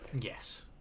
Yes